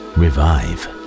revive